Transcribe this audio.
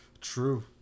True